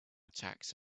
attacks